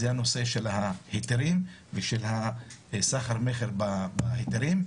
זה הנושא של ההיתרים ושל הסחר-מכר בהיתרים,